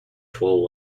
twelve